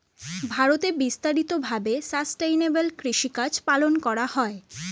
ভারতে বিস্তারিত ভাবে সাসটেইনেবল কৃষিকাজ পালন করা হয়